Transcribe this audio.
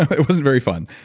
it wasn't very fun.